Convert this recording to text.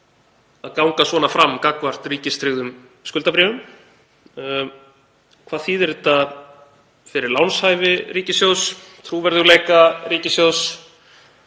að ganga svona fram gagnvart ríkistryggðum skuldabréfum? Hvað þýðir þetta fyrir lánshæfi ríkissjóðs, trúverðugleika ríkissjóðs?